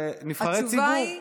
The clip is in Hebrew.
זה נבחרי ציבור.